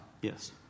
Yes